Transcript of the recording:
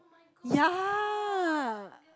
ya